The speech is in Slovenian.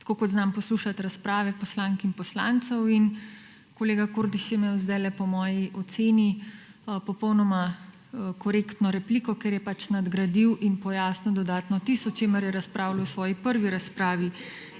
tako kot znam poslušati razprave poslank in poslancev. In kolega Kordiš je imel zdajle po moji oceni popolnoma korektno repliko, ker je pač nadgradil in pojasnil dodatno tisto, o čemer je razpravljal v svoji prvi razpravi.